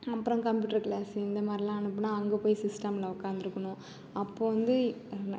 அப்புறம் computer class இந்தமாதிரிலாம் அனுப்புனா அங்கே போய் சிஸ்டமில் உட்காந்துருக்கணும் அப்போ வந்து